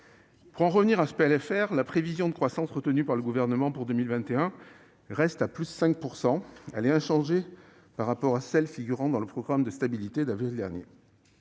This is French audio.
Pour en revenir à ce PLFR, la prévision de croissance retenue par le Gouvernement pour 2021 reste à +5 %; elle est donc inchangée par rapport à celle figurant dans le programme de stabilité d'avril dernier,